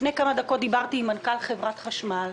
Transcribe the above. לפני כמה דקות דיברתי עם מנכ"ל חברת החשמל.